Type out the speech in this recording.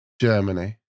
Germany